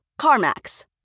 CarMax